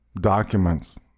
documents